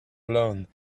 alone